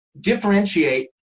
differentiate